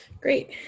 Great